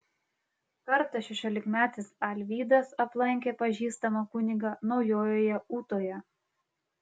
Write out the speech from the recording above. kartą šešiolikmetis alvydas aplankė pažįstamą kunigą naujojoje ūtoje